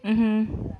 mmhmm